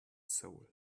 soul